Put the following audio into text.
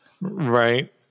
Right